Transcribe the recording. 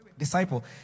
disciple